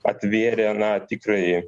atvėrė na tikrąjį